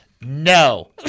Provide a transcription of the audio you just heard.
No